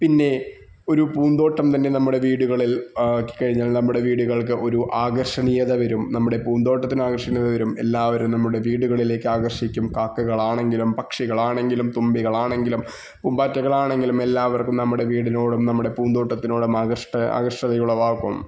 പിന്നെ ഒരു പൂന്തോട്ടം തന്നെ നമ്മുടെ വീടുകളില് ആക്കി കഴിഞ്ഞാല് നമ്മുടെ വീടുകള്ക്ക് ഒരു ആകര്ഷണീയത വെ രും നമ്മുടെ പൂന്തോട്ടത്തിന് ആകര്ഷണീയത വരും എല്ലാവരും നമ്മുടെ വീടുകളിലേക്ക് ആകര്ഷിക്കും കാക്കകളാണെങ്കിലും പക്ഷികളാണെങ്കിലും തുമ്പികളാണെങ്കിലും പൂമ്പാറ്റകളാണെങ്കിലും എല്ലാവര്ക്കും നമ്മുടെ വീടിനോടും നമ്മുടെ പൂന്തോട്ടത്തിനോടും ആകര്ഷ്ട ആകര്ഷകത ഉളവാക്കും